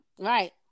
Right